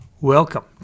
Welcome